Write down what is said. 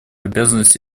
обязанность